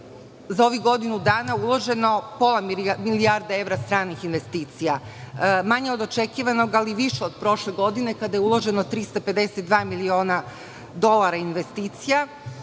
za ovih godinu dana uloženo pola milijarde evra stranih investicija. Manje od očekivanog, ali više od prošle godine kada je uloženo 352 miliona dolara investicija,